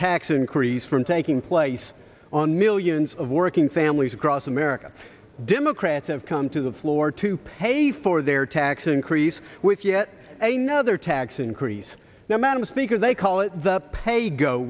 tax increase from taking place on millions of working families across america democrats have come to the floor to pay for their tax increase with yet a nother tax increase now madam speaker they call it the pay go